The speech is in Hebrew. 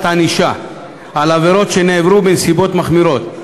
הענישה על עבירות שנעברו בנסיבות מחמירות.